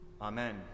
Amen